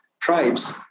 tribes